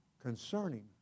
concerning